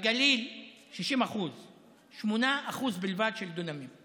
בגליל 60% 8% בלבד של דונמים.